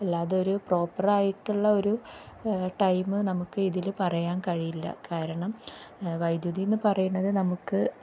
അല്ലാതെ ഒരു പ്രോപ്പറായിട്ടുള്ള ഒരു ടൈമ് നമുക്ക് ഇതിൽ പറയാൻ കഴിയില്ല കാരണം വൈദ്യുതി എന്ന് പറയുന്ന നമുക്ക്